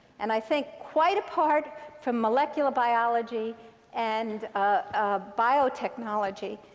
and i think, quite apart from molecular biology and biotechnology,